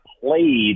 played